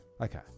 Okay